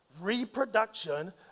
reproduction